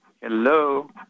Hello